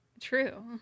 True